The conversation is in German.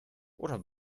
oder